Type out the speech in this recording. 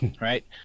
right